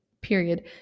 Period